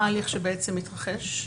מה ההליך שבעצם מתרחש?